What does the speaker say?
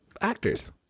actors